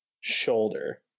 shoulder